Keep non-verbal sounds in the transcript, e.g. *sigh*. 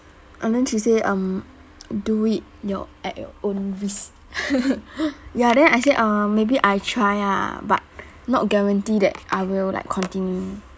and then she said um do it your at your own risk *laughs* ya then I say uh maybe I try ah but not guarantee that I will like continue